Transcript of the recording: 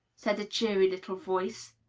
said a cheery little voice.